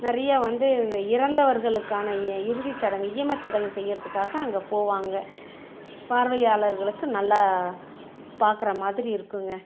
நிறையா வந்து இறந்தவர்களுக்கான இறுதி சடங்கு ஈமச்சடங்கு செய்கிறதுக்காக அங்கே போவாங்க பார்வையாளர்களுக்கு நல்லா பார்க்குற மாதிரி இருக்குங்க